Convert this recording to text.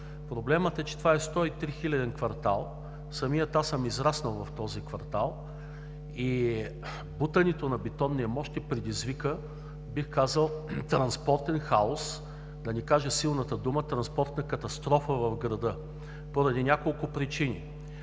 Проблемът е, че това е 103 хиляден квартал, самият аз съм израснал в този квартал, и бутането на Бетонния мост ще предизвика, бих казал, транспортен хаос, да не кажа силната дума – транспортна катастрофа в града. Няколко са причините.